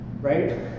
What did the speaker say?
right